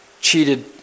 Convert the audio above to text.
cheated